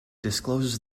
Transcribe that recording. discloses